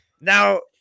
now